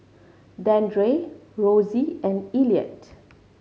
Dandre Rosy and Elliott